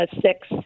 six